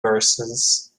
verses